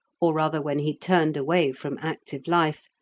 or rather when he turned away from active life,